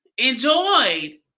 enjoyed